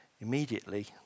Immediately